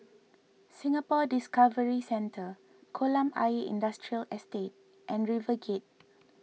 Singapore Discovery Centre Kolam Ayer Industrial Estate and RiverGate